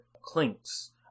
clinks